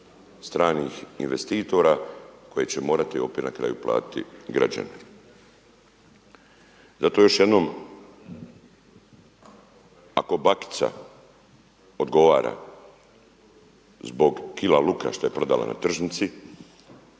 stranih investitora koji će morati opet na kraju platiti građani. Zato još jednom ako bakica odgovara zbog kila luka što je prodala na tržnici